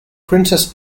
princess